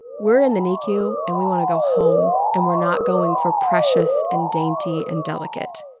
we're in the nicu, and we want to go home. and we're not going for precious, and dainty and delicate.